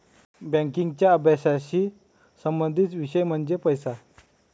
बँकिंगच्या अभ्यासाशी संबंधित विषय म्हणजे पैसा